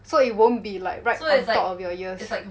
so you won't be like right on top of your ears